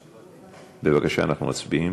בבקשה, אנחנו מצביעים.